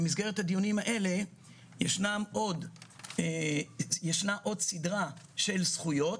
במסגרת הדיונים האלה יש עוד סדרת זכויות